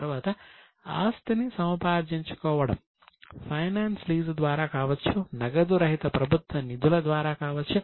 తరువాత ఆస్తిని సముపార్జించుకోవడం ఫైనాన్స్ లీజు ద్వారా కూడా కావచ్చు